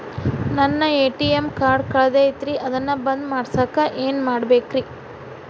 ನನ್ನ ATM card ಕಳದೈತ್ರಿ ಅದನ್ನ ಬಂದ್ ಮಾಡಸಾಕ್ ಏನ್ ಮಾಡ್ಬೇಕ್ರಿ?